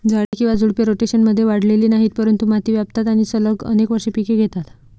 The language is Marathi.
झाडे किंवा झुडपे, रोटेशनमध्ये वाढलेली नाहीत, परंतु माती व्यापतात आणि सलग अनेक वर्षे पिके घेतात